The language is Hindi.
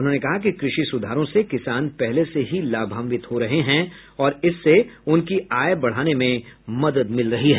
उन्होंने कहा कि कृषि सुधारों से किसान पहले से ही लाभान्वित हो रहे हैं और इससे उनकी आय बढ़ाने में मदद मिल रही है